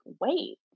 wait